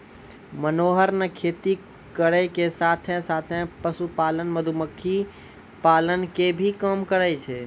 मनोहर नॅ खेती करै के साथॅ साथॅ, पशुपालन, मधुमक्खी पालन के भी काम करै छै